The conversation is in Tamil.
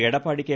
எடப்பாடி கே